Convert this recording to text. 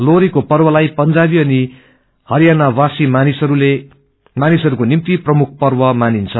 लोहरीको प्रवलाई पंजावी अनि हरियाणावासी मानिसहरूको निम्ति प्रमुख पर्व मानिन्छ